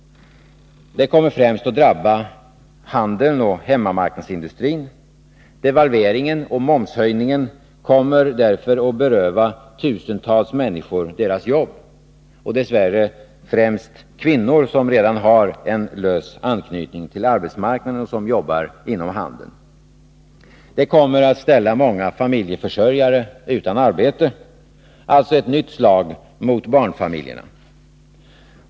Det kommer främst att drabba handeln och hemmamarknadsindustrin. Devalveringen och momshöjningen kommer därför att beröva tusentals människor deras jobb — dess värre främst kvinnor som redan har en lös anknytning till arbetsmarknaden, t.ex. sådana som arbetar inom handeln. Det kommer att ställa många familjeförsörjare utan arbete, alltså ett nytt slag mot barnfamiljerna.